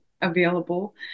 available